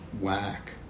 whack